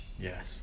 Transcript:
yes